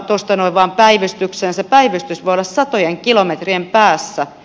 se päivystys voi olla satojen kilometrien päässä